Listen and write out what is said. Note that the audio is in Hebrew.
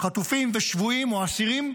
חטופים ושבויים, או אסירים,